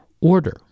order